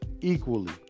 equally